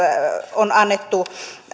on annettu